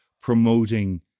promoting